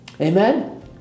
Amen